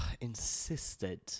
insisted